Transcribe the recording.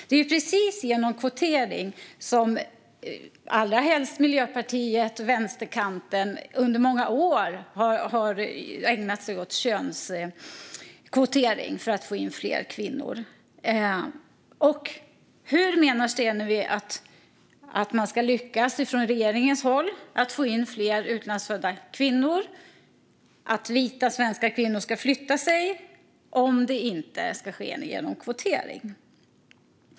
Det är precis med hjälp av könskvotering som Miljöpartiet och vänsterkanten under många år har ägnat sig åt att få in fler kvinnor. Hur menar Stenevi att regeringen ska lyckas få in fler utlandsfödda kvinnor, att vita svenska kvinnor ska flytta sig, om det inte ska ske genom kvotering?